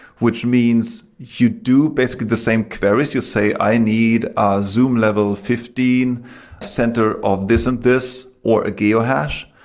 which means you do basically the same varies. you say, i need ah zoom level fifteen center of this and this, or a geohash,